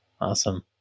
Awesome